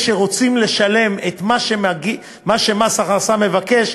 שרוצים לשלם את מה שמס הכנסה מבקש,